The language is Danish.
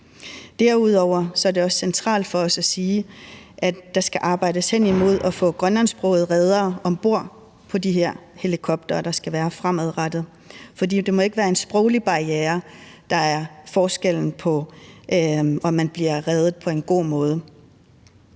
Derudover er det også centralt for os at sige, at der skal arbejdes hen imod at få grønlandsksprogede reddere om bord på de her helikoptere, der skal være fremadrettet, for det må ikke være en sproglig barriere, der er forskellen på, om man bliver reddet på en god måde